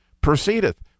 proceedeth